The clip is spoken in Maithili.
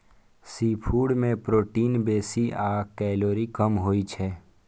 सीफूड मे प्रोटीन बेसी आ कैलोरी कम होइ छै